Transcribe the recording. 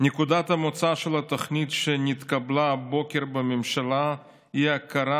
"נקודת המוצא של התוכנית שנתקבלה הבוקר בממשלה היא ההכרה,